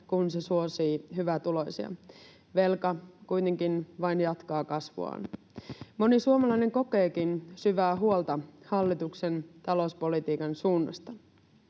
kun se suosii hyvätuloisia. Velka kuitenkin vain jatkaa kasvuaan. Moni suomalainen kokeekin syvää huolta hallituksen talouspolitiikan suunnasta.